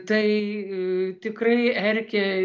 tai tikrai erkė